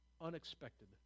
Unexpected